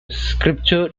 scripture